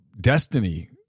destiny